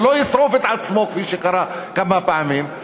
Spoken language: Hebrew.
ולא ישרוף את עצמו כפי שקרה כמה פעמים.